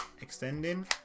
Extending